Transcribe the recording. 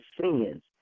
sins